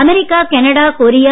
America Canada Korea